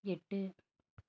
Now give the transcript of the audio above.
எட்டு